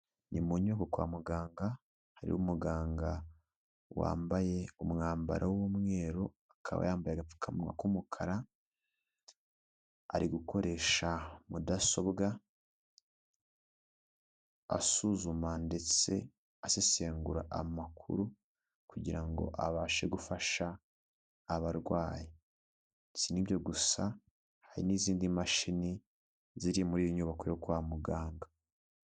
Ni mu nyubako kwa muganga hari umuganga wambaye umwambaro w'umweru akaba yambaye agapfukamunwa k'umukara, ari gukoresha mudasobwa asuzuma ndetse asesengura amakuru kugira ngo abashe gufasha abarwayi, si nibyo gusa hari n'izindi mashini ziri muri iyo nyubako yo kwa muganga.